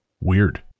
Weird